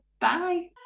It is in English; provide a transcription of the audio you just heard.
Bye